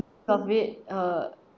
of it uh